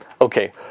Okay